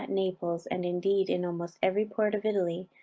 naples, and indeed in almost every port of italy,